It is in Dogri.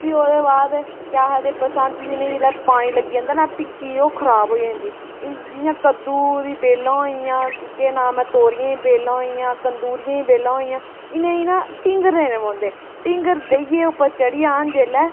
भी ओह्दे बाद केह् आखदे बरसांती दिनें जेल्लै पानी लग्गी जंदा ना ते भी चीज ओह् भी खराब होई जंदी जि'यां कद्दू दियां बेल्लां होई गेइयां केह् नां ऐ तोरियै दियां बेल्लां होई गेइयां कंदूरिये दियां बेल्लां होई गेइयां इ'नें गी ना ढींगर देना पौंदे ढींगर देइयै उप्पर चढ़ी जान जेल्लै